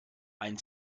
ein